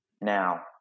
now